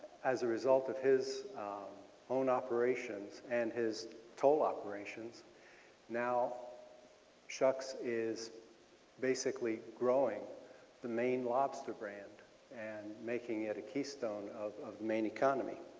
as a result of his own operation operations and his toll operations now schucks is basically growing the maine lobster brand and making it a keystone of of maine economy.